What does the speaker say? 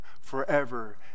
forever